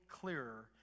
clearer